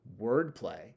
wordplay